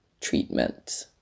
treatment